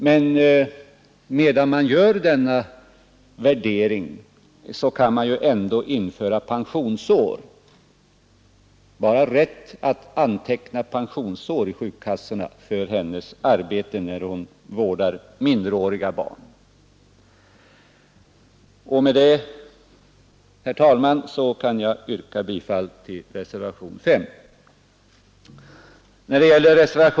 Men under tiden kan man ändå införa rätten för de kvinnor som vårdar minderåriga barn i hemmet att få antecknat pensionsår för sitt arbete.